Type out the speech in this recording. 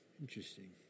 Interesting